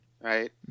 Right